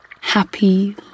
happy